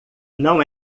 não